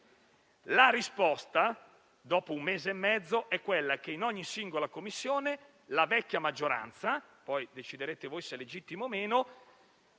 La risposta, dopo un mese e mezzo, è quella che in ogni singola Commissione la vecchia maggioranza (poi deciderete voi se è legittimo o meno),